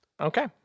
Okay